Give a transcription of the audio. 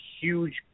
huge